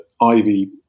ivy